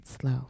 slow